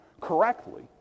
correctly